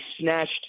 snatched